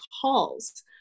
calls